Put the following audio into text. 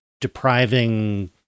depriving